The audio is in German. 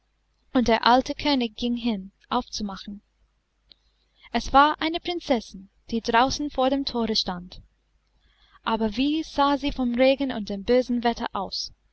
und der alte könig ging hin aufzumachen es war eine prinzessin die draußen vor dem thore stand aber wie sah sie vom regen und dem bösen wetter aus